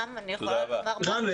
רם,